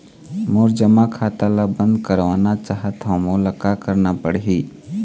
मोर जमा खाता ला बंद करवाना चाहत हव मोला का करना पड़ही?